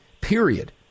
period